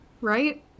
right